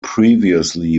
previously